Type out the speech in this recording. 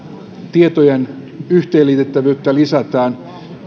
tietojen yhteenliitettävyyttä lisätään